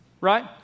right